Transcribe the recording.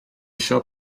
eisiau